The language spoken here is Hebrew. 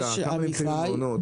עמיחי,